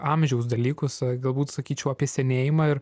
amžiaus dalykus galbūt sakyčiau apie senėjimą ir